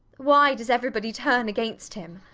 why does everybody turn against him?